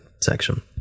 section